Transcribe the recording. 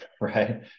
right